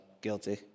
guilty